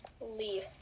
Leaf